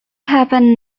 happen